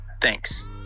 Thanks